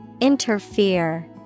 Interfere